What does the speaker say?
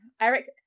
Eric